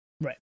Right